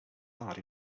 heart